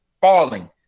falling